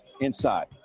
inside